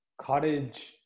cottage